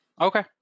Okay